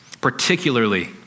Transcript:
particularly